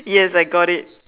yes I got it